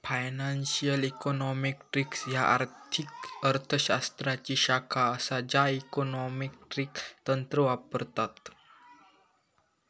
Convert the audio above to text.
financial econometrics ह्या आर्थिक अर्थ शास्त्राची शाखा असा ज्या इकॉनॉमेट्रिक तंत्र वापरता